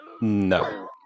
no